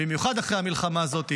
במיוחד אחרי המלחמה הזאת,